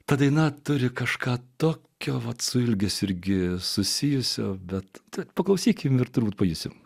ta daina turi kažką tokio vat su ilgis irgi susijusio bet paklausykime ir turbūt pailsime